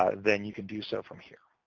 ah then you can do so from here.